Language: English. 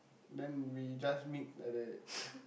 then we just meet at the